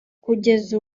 kugeza